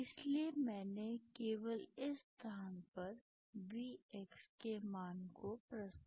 इसलिए मैंने केवल इस स्थान पर Vx के मान को प्रतिस्थापित किया